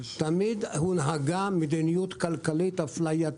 תמיד הונהגה מדיניות כלכלית מפלה,